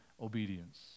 obedience